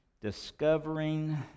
Discovering